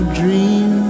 dream